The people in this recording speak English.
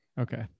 Okay